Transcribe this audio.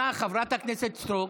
קראתי לך ראשונה, חברת הכנסת סטרוק.